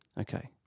Okay